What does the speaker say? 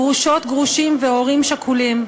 גרושות, גרושים והורים שכולים.